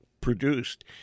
produced